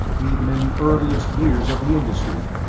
even in the earliest years of the industry,